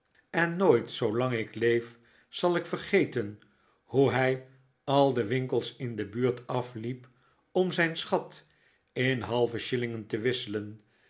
en nooit zoolang ik leef zal ik vergeten hoe hij al de winkels in de buurt afliep om zijn schat in halve shillingen te wisselen